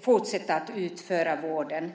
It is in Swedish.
fortsätta att utföra vården.